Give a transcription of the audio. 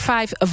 Five